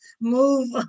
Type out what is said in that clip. move